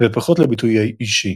ופחות לביטוי האישי.